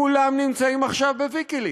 כולם נמצאים עכשיו ב"ויקיליקס".